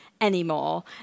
anymore